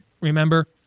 remember